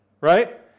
right